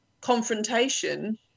confrontation